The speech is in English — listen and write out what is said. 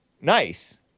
Nice